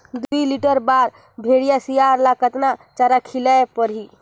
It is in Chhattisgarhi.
दुई लीटर बार भइंसिया ला कतना चारा खिलाय परही?